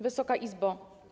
Wysoka Izbo!